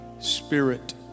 Spirit